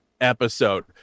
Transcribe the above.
episode